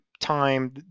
time